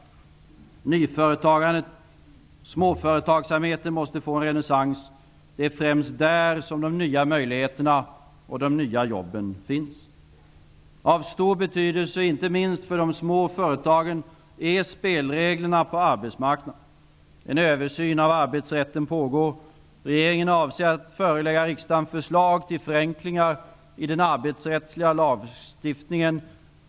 Nyföretagandet och småföretagsamheten måste få en renässans. Det är främst där som de nya möjligheterna och de nya jobben finns. Av stor betydelse, inte minst för de små företagen, är spelreglerna på arbetsmarknaden. En översyn av arbetsrätten pågår. Regeringen avser att förelägga riksdagen förslag till förenklingar i den arbetsrättsliga lagstiftningen.